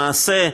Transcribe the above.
למעשה,